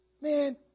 man